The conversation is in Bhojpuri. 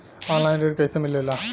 ऑनलाइन ऋण कैसे मिले ला?